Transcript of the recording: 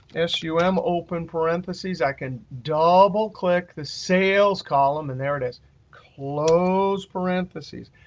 s u m, open parentheses, i can double-click the sales column and there it is close parentheses.